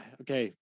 Okay